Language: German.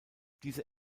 diese